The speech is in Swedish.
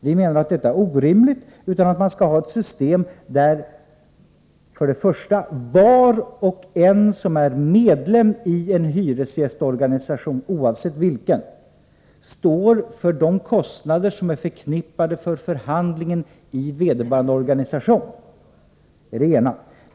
Vi menar att detta är orimligt och vill att man skall ha ett system där var och en som är medlem i en hyresgästorganisation, oavsett vilken, står för de kostnader som är förknippade med förhandlingen i vederbörande organisation. Det är det ena.